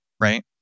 right